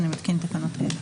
אני מתקין תקנות אלה: